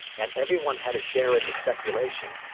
and everyone had a share in the speculation,